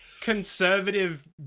conservative